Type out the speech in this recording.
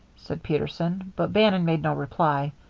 said peterson but bannon made no reply.